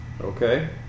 Okay